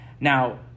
Now